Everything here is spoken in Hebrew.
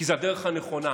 כי זו הדרך הנכונה.